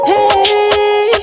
Hey